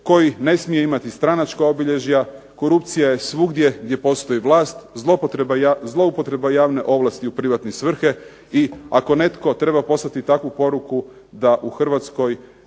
koji ne smije imati stranačka obilježja. Korupcija je svugdje gdje postoji vlast, zloupotreba javne ovlasti u privatne svrhe i ako netko treba poslati takvu poruku da u Hrvatskoj